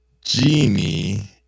genie